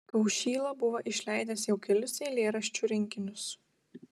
kaušyla buvo išleidęs jau kelis eilėraščių rinkinius